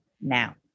now